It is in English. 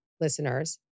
listeners